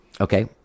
Okay